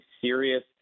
serious